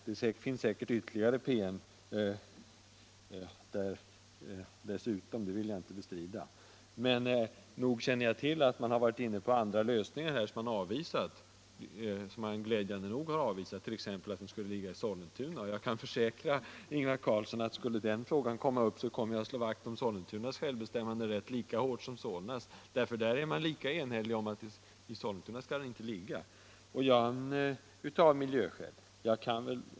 Det finns säkert ytterligare PM — det vill jag inte bestrida. Men nog känner jag till att man har varit inne på andra lösningar, som glädjande nog har avvisats, t.ex. att terminalen skulle ligga i Sollentuna. Jag kan försäkra Ingvar Carlsson att skulle den frågan komma upp kommer jag att slå vakt om Sollentunas självbestämmanderätt lika 23 hårt som om Solnas; i Sollentuna är man lika enig som i Solna om att den inte skall ligga i den egna kommunen, av miljöskäl.